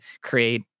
create